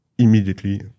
immediately